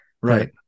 right